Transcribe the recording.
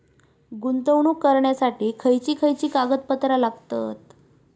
गुंतवणूक करण्यासाठी खयची खयची कागदपत्रा लागतात?